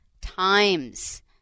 times